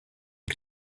den